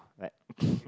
like